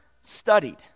studied